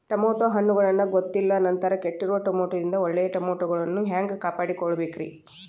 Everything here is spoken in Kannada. ಟಮಾಟೋ ಹಣ್ಣುಗಳನ್ನ ಗೊತ್ತಿಲ್ಲ ನಂತರ ಕೆಟ್ಟಿರುವ ಟಮಾಟೊದಿಂದ ಒಳ್ಳೆಯ ಟಮಾಟೊಗಳನ್ನು ಹ್ಯಾಂಗ ಕಾಪಾಡಿಕೊಳ್ಳಬೇಕರೇ?